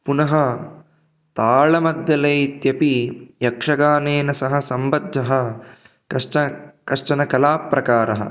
पुनः ताळमद्दले इत्यपि यक्षगानेन सह सम्बद्धः कश्चन कश्चन कलाप्रकारः